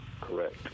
Correct